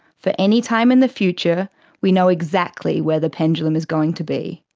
for any time in the future we know exactly where the pendulum is going to be.